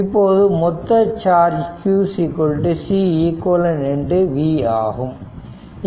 இப்போது மொத்த charge q Ceq v ஆகும்